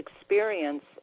experience